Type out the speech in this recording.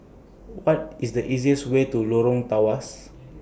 What IS The easiest Way to Lorong Tawas